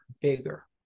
bigger